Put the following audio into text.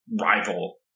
rival